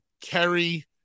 Kerry